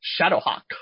Shadowhawk